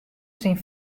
syn